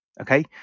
okay